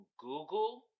Google